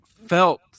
felt